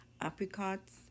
Apricots